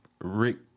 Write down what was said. Rick